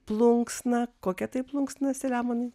plunksna kokia tai plunksna selemonai